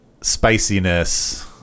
spiciness